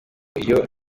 iyo